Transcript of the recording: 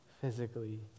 physically